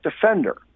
defender